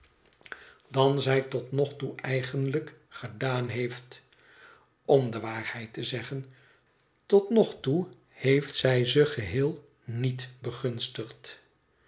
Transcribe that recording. zij tot nog toe eigenlijk gedaan heeft om de waarheid te zeggen tot nog toe heeft zij ze geheel niet begunstigd